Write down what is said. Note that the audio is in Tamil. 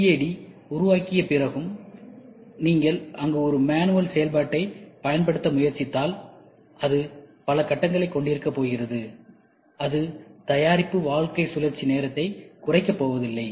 சிஏடியை உருவாக்கிய பிறகும் நீங்கள் அங்கு ஒரு மேனுவல் செயல்பாட்டைப் பயன்படுத்த முயற்சித்தால் அது பல கட்டங்களைக் கொண்டிருக்கப் போகிறது இது தயாரிப்பு வாழ்க்கை சுழற்சி நேரத்தைக் குறைக்கப் போவதில்லை